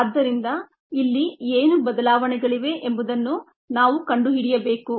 ಆದ್ದರಿಂದ ಇಲ್ಲಿ ಏನು ಬದಲಾವಣೆಗಳಿವೆ ಎಂಬುದನ್ನು ನಾವು ಕಂಡುಹಿಡಿಯಬೇಕು